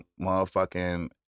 motherfucking